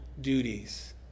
duties